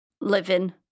living